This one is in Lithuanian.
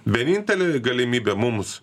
vienintelė galimybė mums